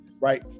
right